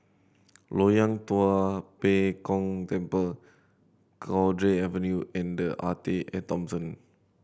Loyang Tua Pek Kong Temple Cowdray Avenue and The Arte At Thomson